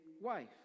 wife